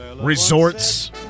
resorts